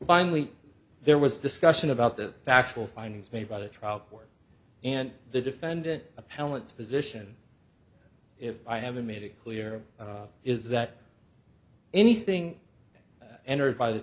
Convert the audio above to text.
finally there was discussion about the factual findings made by the trial court and the defendant appellants position if i haven't made it clear is that anything entered by the